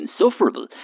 insufferable